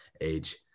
age